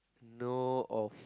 know of